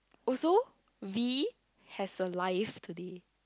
also V has a live today